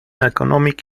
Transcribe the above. economic